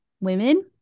Women